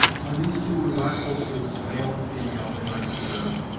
when these two remarkable suits, male and female they might be termed,